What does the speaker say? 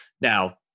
Now